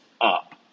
up